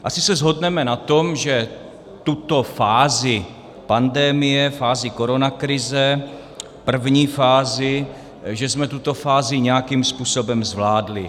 Asi se shodneme na tom, že tuto fázi pandemie, fázi koronakrize, první fázi, že jsme tuto fázi nějakým způsobem zvládli.